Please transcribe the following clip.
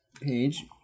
page